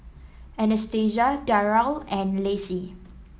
Anastasia Daryle and Lacy